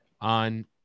on